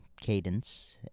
cadence